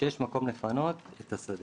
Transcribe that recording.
שיש מקום לפנות את השדה.